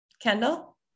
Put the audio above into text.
Kendall